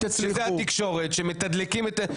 האמת היא שיש לכם כוח מטורף וזאת התקשורת שמתדלקת.